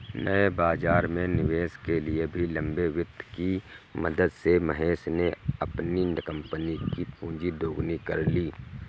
नए बाज़ार में निवेश के लिए भी लंबे वित्त की मदद से महेश ने अपनी कम्पनी कि पूँजी दोगुनी कर ली